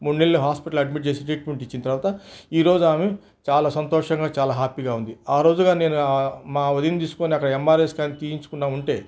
మూడు నెలలు హాస్పిటల్లో అడ్మిట్ చేసి ట్రీట్మెంట్ ఇచ్చిన తర్వాత ఈరోజు ఆమె చాలా సంతోషంగా చాలా హ్యాపీగా ఉంది ఆరోజు కానీ నేను మా వదిన్ని తీసుకొని అక్కడ ఎంఆర్ఐ స్క్యాన్ తీయించకుండా ఉంటే